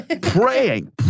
praying